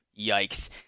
yikes